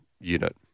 unit